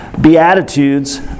Beatitudes